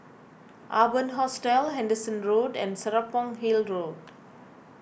Urban Hostel Henderson Road and Serapong Hill Road